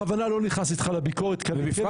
אני בכוונה לא נכנס איתך לביקורת כי אני --- בפרט